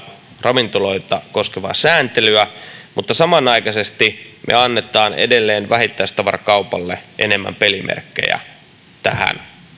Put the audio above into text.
ravintoloita koskevaa sääntelyä niin samanaikaisesti me annamme edelleen vähittäistavarakaupalle enemmän pelimerkkejä tähän